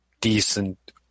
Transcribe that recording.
decent